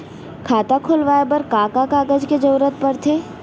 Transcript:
खाता खोलवाये बर का का कागज के जरूरत पड़थे?